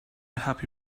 happy